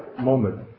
moment